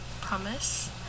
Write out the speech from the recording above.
Promise